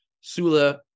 Sula